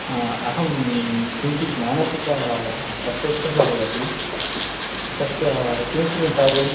अहं किञ्चित् मानसिकाः अस्वस्तः भवति तस्य किं किं कार्यं